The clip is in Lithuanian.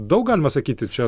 daug galima sakyti čia